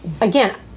again